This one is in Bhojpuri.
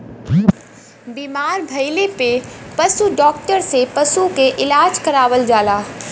बीमार भइले पे पशु डॉक्टर से पशु के इलाज करावल जाला